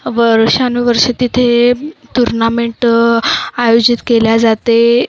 वर्षांनुवर्ष तिथे टुर्नामेंट आयोजित केले जाते